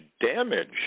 damage